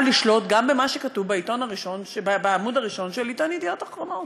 לשלוט גם במה שכתוב בעמוד הראשון של עיתון "ידיעות אחרונות".